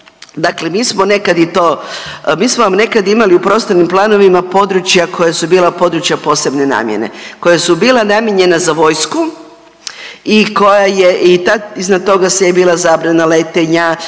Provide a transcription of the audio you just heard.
i to, mi smo vam nekad imali u prostornim planovima područja koja su bila područja posebne namjene, koja su bila namijenjena za vojsku i iznad toga je bila i zabrana letenja,